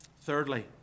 Thirdly